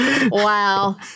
Wow